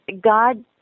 God